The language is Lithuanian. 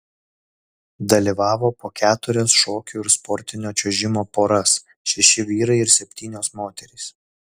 dalyvavo po keturias šokių ir sportinio čiuožimo poras šeši vyrai ir septynios moterys